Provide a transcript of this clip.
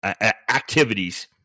activities